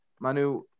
Manu